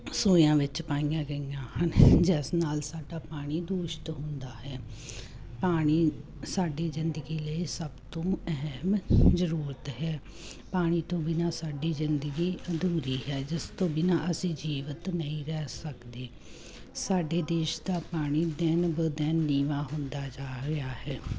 ਸੂਇਆਂ ਵਿੱਚ ਪਾਈਆਂ ਗਈਆਂ ਹਨ ਜਿਸ ਨਾਲ ਸਾਡਾ ਪਾਣੀ ਦੂਸ਼ਿਤ ਹੁੰਦਾ ਹੈ ਪਾਣੀ ਸਾਡੀ ਜਿੰਦਗੀ ਲਈ ਸਭ ਤੋਂ ਅਹਿਮ ਜਰੂਰਤ ਹੈ ਪਾਣੀ ਤੋਂ ਬਿਨ੍ਹਾਂ ਸਾਡੀ ਜਿੰਦਗੀ ਅਧੂਰੀ ਹੈ ਜਿਸ ਤੋਂ ਬਿਨ੍ਹਾਂ ਅਸੀਂ ਜੀਵਤ ਨਹੀਂ ਰਹਿ ਸਕਦੇ ਸਾਡੇ ਦੇਸ਼ ਦਾ ਪਾਣੀ ਦਿਨ ਬ ਦਿਨ ਨੀਵਾਂ ਹੁੰਦਾ ਜਾ ਰਿਹਾ ਹੈ